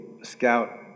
scout